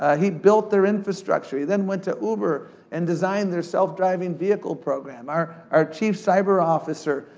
ah he built their infrastructure, he then went to uber and designed their self-driving vehicle program. our our chief cyber officer,